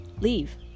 leave